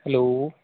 hello